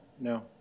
No